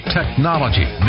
technology